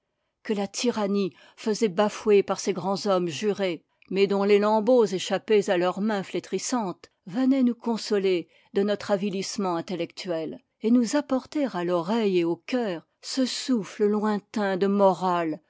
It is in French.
que la tyrannie faisait bafouer par ses grands hommes jurés mais dont les lambeaux échappés à leurs mains flétrissantes venaient nous consoler de notre avilissement intellectuel et nous apporter à l'oreille et au cœur ce souffle lointain de morale